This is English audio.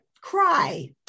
cry